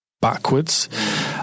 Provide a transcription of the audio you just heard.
backwards